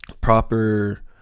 proper